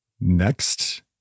next